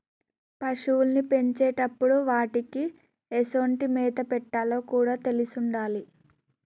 పశువుల్ని పెంచేటప్పుడు వాటికీ ఎసొంటి మేత పెట్టాలో కూడా తెలిసుండాలి